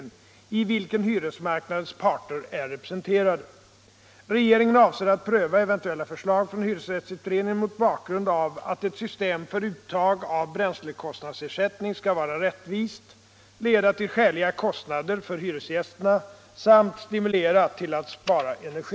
Regeringen avser att pröva eventuella förslag från hyresrättsutredningen mot bakgrund av att ett system för uttag av bränslekostnadsersättning skall vara rättvist, leda till skäliga kostnader för hyresgästerna samt stimulera till att spara energi.